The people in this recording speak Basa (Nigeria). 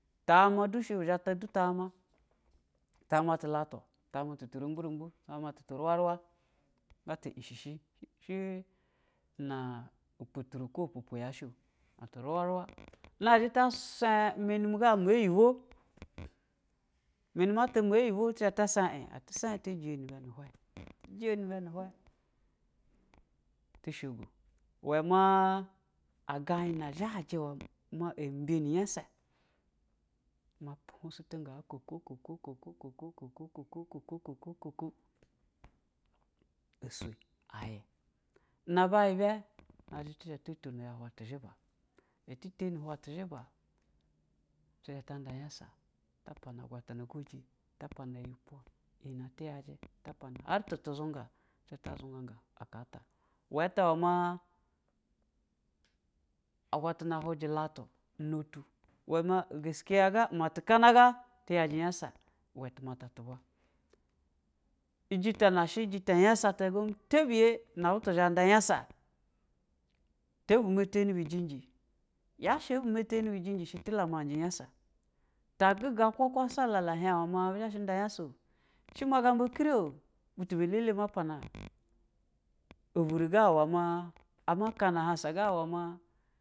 Tema du shɛ bɛ za ta du tama, tama tu latu, tama tu tu rogbo rogbo waru wari sata ɛn shi shi ɛna ututuru, ko upu upu ya shɛo tu rawu nazhɛ ta swa mɛni mue mɛ oyibwo, meni ma ta mɛ oyibwo to zha sɛɛn, ɛtɛ sɛ tɛ jiyɛ ne bɛ nɛ hwɛ ɛti jiyɛ nɛ bɛ givɛ, tu shigo iwɛ ma agani nɛ zaji ma ɛmbiy ɛni no nyesa mo huuzo to ugno en, uko, uko, uko, uko, uko, uko, uko, uko, ɛ swɛ, a yi, na aba bɛ na zha tu zha to tono ge ihwɛ tu zhiba ɛtɛ ni ihwɛ to zhiba, tu za ta nda nyesa, tapa agwatana sojɛ ta pana iyi pwa, iyi nɛ tɛ hajɛ ta pana, har ta tu zuusa ti zhel ta zuugga eya ta iwe̱ tɛ iwɛ ma agwatana hujɛ lata nn tu, gaskiye iwɛ ti kana ga, tɛ yajɛ hyasa iwɛ tumata tu bwɛ, jɛta na nɛ shɛ jata hyasa ta gom tebiyɛ ha butu ba nda hyasa tɛ bɛ mɛtɛni bijinji ha shi ɛbi mɛtɛni bɛ jinji i shɛ tilɛ ma hjɛ hyasa, ra siaa kwe kwa saigia hiɛn iwɛ ma ba zha shɛ a nda yansa o shi ma samba kirio, butu bɛ lɛlɛ, ma pana ɛvwri iwa ma, a ema kana a’ hasa ga, iwɛ ma